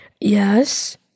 Yes